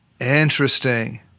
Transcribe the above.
Interesting